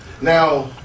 Now